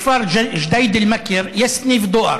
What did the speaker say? בכפר ג'דיידה-מכר יש סניף דואר,